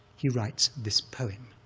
he writes this poem,